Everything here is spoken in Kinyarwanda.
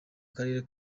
karere